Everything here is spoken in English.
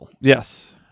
Yes